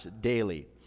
daily